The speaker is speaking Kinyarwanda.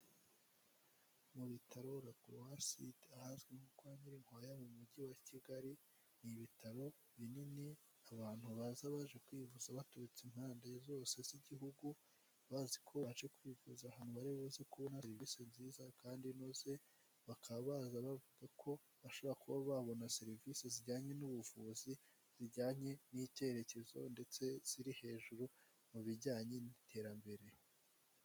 Mu bitaro La kuruwaside ahazwi nko kwa Nyirikwaya mu mujyi wa Kigali, ni ibitaro binini abantu baza baje kwivuza baturutse impande zose z'igihugu, bazi ko baje kwivuza ahantu bari buze kubona serivisi nziza kandi inoze, bakaba baza bavuga ko bashobora kuba babona serivisi zijyanye n'ubuvuzi, zijyanye n'icyerekezo ndetse ziri hejuru mu bijyanye n'iterambere.